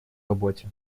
работе